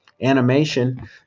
animation